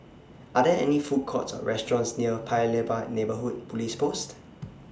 Are There any Food Courts Or restaurants near Paya Lebar Neighbourhood Police Post